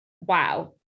wow